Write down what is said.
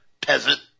Peasant